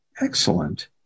excellent